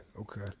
okay